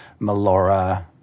Melora